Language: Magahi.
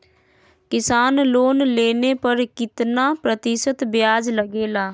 किसान लोन लेने पर कितना प्रतिशत ब्याज लगेगा?